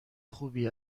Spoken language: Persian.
خوبی